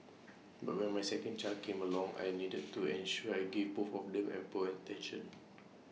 but when my second child came along I needed to ensure I gave both of them ample attention